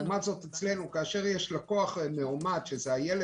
לעומת זאת, כאשר יש לקוח מאומת בגן